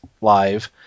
Live